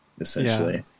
essentially